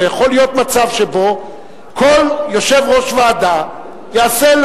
לא יכול להיות מצב שבו כל יושב-ראש ועדה יקנה